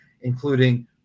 including